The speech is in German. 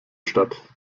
stadt